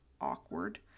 awkward